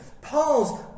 Paul's